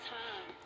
time